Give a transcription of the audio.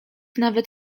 nawet